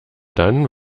dann